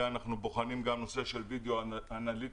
ואנחנו בוחנים גם נושא של וידאו אנליטיקה,